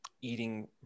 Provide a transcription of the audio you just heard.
eating